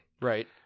Right